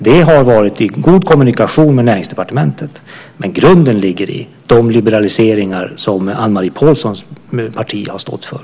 Det har skett i god kommunikation med Näringsdepartementet. Men grunden ligger i de liberaliseringar som Anne-Marie Pålssons parti har stått för.